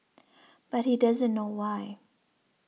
but he doesn't know why